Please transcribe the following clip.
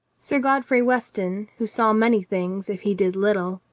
sir godfrey weston, who saw many things if he did little,